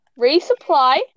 Resupply